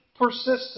persistent